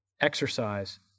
Exercise